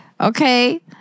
Okay